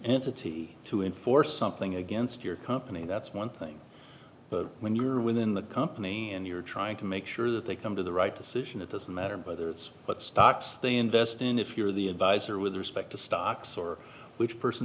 entity to enforce something against your company that's one thing but when you are within the company and you're trying to make sure that they come to the right decision it doesn't matter but it's what stocks they invest in if you're the advisor with respect to stocks or which person